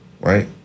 right